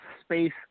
space